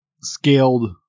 scaled